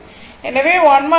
எனவே 1 4